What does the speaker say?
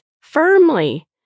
firmly